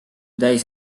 täis